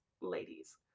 ladies